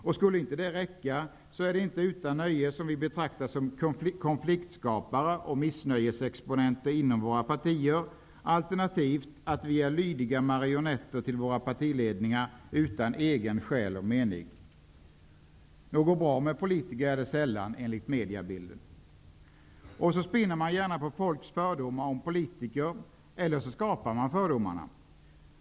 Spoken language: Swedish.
Och skulle det inte räcka så är det inte utan nöje som vi betraktas som konfliktskapare och missnöjesexponenter inom våra partier alternativt anses vara lydiga marionetter till våra partiledningar utan egen själ och mening. Något bra är det sällan med politiker enligt mediebilden. Man spinner gärna på folks fördomar om politiker, eller också skapar man fördomarna.